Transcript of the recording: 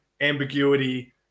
ambiguity